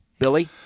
Billy